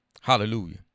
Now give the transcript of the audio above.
Hallelujah